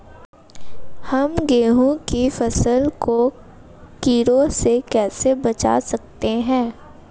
हम गेहूँ की फसल को कीड़ों से कैसे बचा सकते हैं?